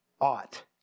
ought